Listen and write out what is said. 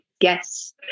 Yes